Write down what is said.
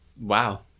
wow